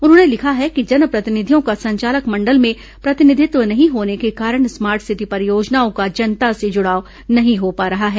उन्होंने लिखा है कि जनप्रतिनिधियों का संचालक मंडल में प्रतिनिधित्व नहीं होने के कारण स्मार्ट सिटी परियोजनाओं का जनता से जुड़ाव नहीं हो पा रहा है